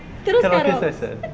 karaoke selesa